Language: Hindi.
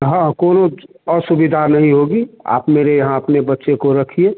हाँ कौनो असुविधा नहीं होगी आप मेरे यहाँ अपने बच्चे को रखिए